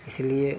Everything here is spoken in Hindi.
इसलिए